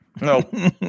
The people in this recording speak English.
No